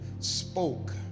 Spoke